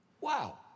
Wow